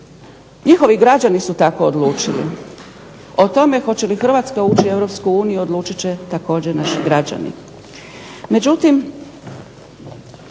Njihovi građani su tako odlučili. O tome hoće li Hrvatska ući u EU odlučit će također naši građani.